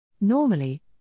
Normally